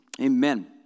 Amen